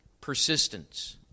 Persistence